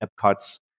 Epcot's